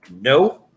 No